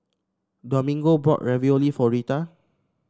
Domingo bought Ravioli for Rheta